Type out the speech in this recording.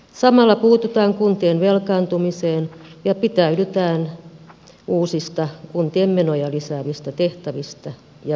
samalla puututaan kuntien velkaantumiseen ja pidättäydytään uusista kuntien menoja lisäävistä tehtävistä ja velvoitteista